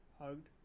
hugged